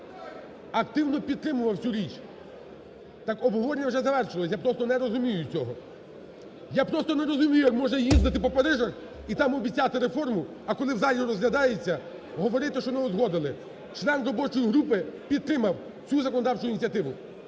активно підтримував цю річ. Так обговорення вже завершилось, я просто не розумію цього. Я просто не розумію, як можна їздити по Парижах і там обіцяти реформу, а коли в залі розглядається, говорити, що не узгодили. Член робочої групи підтримав цю законодавчу ініціативу.